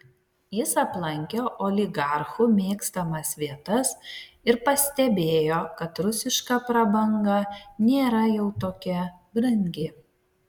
jis aplankė oligarchų mėgstamas vietas ir pastebėjo kad rusiška prabanga nėra jau tokia brangi